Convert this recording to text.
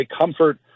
comfort